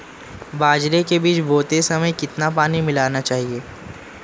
बाजरे के बीज बोते समय कितना पानी मिलाना चाहिए?